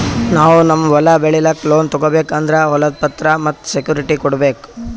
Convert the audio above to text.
ನಾವ್ ನಮ್ ಹೊಲ ಬೆಳಿಲಿಕ್ಕ್ ಲೋನ್ ತಗೋಬೇಕ್ ಅಂದ್ರ ಹೊಲದ್ ಪತ್ರ ಮತ್ತ್ ಸೆಕ್ಯೂರಿಟಿ ಕೊಡ್ಬೇಕ್